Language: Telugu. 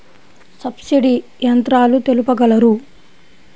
సబ్సిడీ యంత్రాలు తెలుపగలరు?